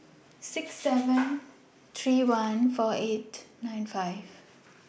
six seven three one four eight nine five